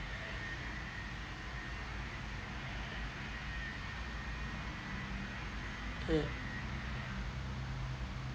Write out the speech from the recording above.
uh